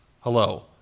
Hello